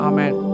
Amen